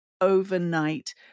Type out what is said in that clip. overnight